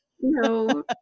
no